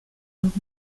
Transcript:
und